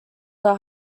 are